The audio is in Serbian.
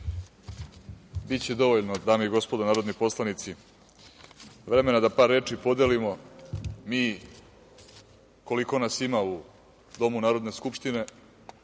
vam. Biće dovoljno, dame i gospodo narodni poslanici, vremena da par reči podelimo mi koliko nas ima u Domu Narodne skupštine. Svakako,